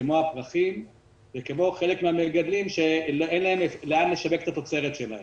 כמו הפרחים וכמו חלק מן המגדלים שאין להם לאן לשווק את התוצרת שלהם,